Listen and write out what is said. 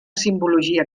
simbologia